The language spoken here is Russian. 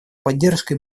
поддержкой